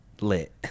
lit